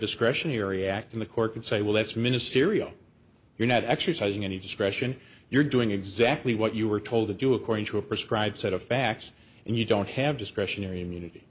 discretionary act in the court could say well that's ministerial you're not exercising any discretion you're doing exactly what you were told to do according to a prescribed set of facts and you don't have discretionary immunity